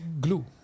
glue